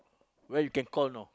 where you can call know